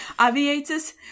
Aviators